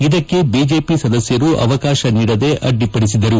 ಇದಕ್ಕೆ ಬಿಜೆಪಿ ಸದಸ್ಯರು ಅವಕಾಶ ನೀಡದೆ ಅಡ್ಡಿಪಡಿಸಿದರು